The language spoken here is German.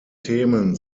themen